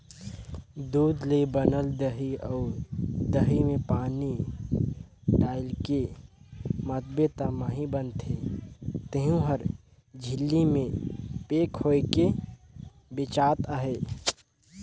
दूद ले बनल दही अउ दही में पानी डायलके मथबे त मही बनथे तेहु हर झिल्ली में पेक होयके बेचात अहे